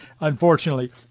unfortunately